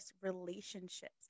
relationships